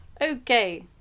Okay